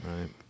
right